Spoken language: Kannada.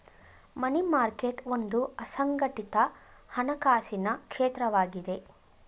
ಮನಿ ಮಾರ್ಕೆಟ್ ಒಂದು ಅಸಂಘಟಿತ ಹಣಕಾಸಿನ ಕ್ಷೇತ್ರವಾಗಿದೆ